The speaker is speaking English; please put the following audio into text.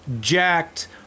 jacked